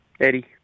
Eddie